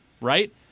right